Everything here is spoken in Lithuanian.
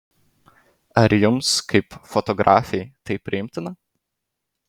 ar jums kaip fotografei tai priimtina